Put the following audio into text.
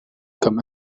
comme